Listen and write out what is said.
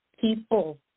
people